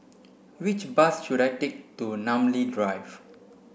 which bus should I take to Namly Drive